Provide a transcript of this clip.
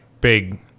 big